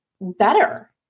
better